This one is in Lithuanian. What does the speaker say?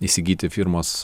įsigyti firmos